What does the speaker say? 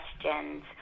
questions